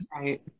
right